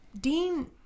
Dean